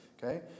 Okay